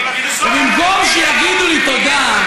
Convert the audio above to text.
ובמקום שיגידו לי תודה,